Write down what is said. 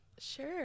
Sure